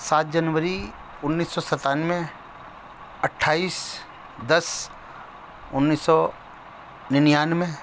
سات جنوری انیس سو ستانوے اٹھائیس دس انیس سو ننیانوے